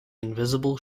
invisible